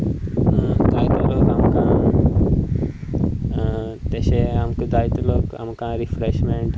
जायतो लोक आमकां तशें आमकां जायतो लोक आमकां रिफ्रेशमेंट